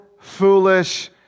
foolish